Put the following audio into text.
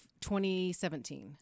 2017